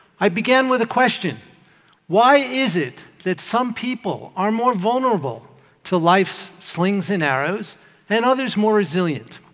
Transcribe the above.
i began with a question why is it that some people are more vulnerable to life's slings and arrows and others more resilient?